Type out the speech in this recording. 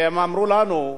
והם אמרו לנו: